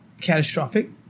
Catastrophic